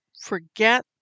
forget